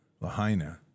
Lahaina